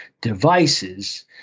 devices